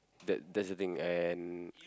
that that's the thing and